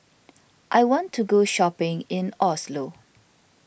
I want to go shopping in Oslo